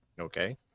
Okay